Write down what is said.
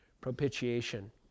propitiation